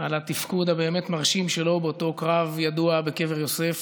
על התפקוד הבאמת-מרשים שלו באותו קרב ידוע בקבר יוסף.